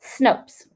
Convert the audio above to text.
Snopes